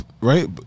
Right